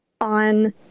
on